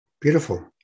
Beautiful